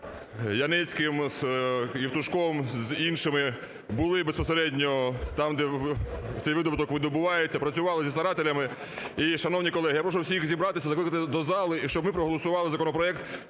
Яницьким, з Євтушком, з іншими були безпосередньо там, де цей видобуток видобувається, працювали зі старателями. І, шановні колеги, я прошу всіх зібратися, закликати до зали, щоб ми проголосували законопроект